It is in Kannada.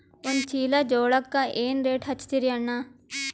ಒಂದ ಚೀಲಾ ಜೋಳಕ್ಕ ಏನ ರೇಟ್ ಹಚ್ಚತೀರಿ ಅಣ್ಣಾ?